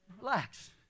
Relax